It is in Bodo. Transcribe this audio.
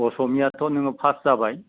असमियाथ' नोङो फार्स जाबाय